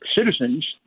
citizens